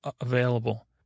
available